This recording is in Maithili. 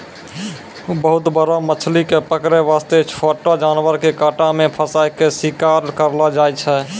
बहुत बड़ो मछली कॅ पकड़ै वास्तॅ छोटो जानवर के कांटा मॅ फंसाय क भी शिकार करलो जाय छै